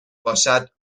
باشد